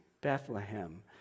bethlehem